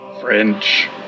French